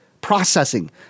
processing